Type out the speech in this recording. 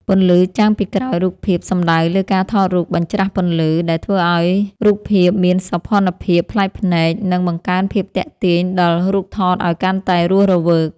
ពន្លឺចាំងពីក្រោយរូបភាពសំដៅលើការថតរូបបញ្រ្ចាស់ពន្លឺ ដែលធ្វើឱ្យរូបភាពមានសោភ័ណភាពប្លែកភ្នែក និង បង្កើនភាពទាក់ទាញដល់រូបថតឱ្យកាន់តែរស់រវើក